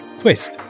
twist